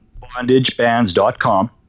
bondagebands.com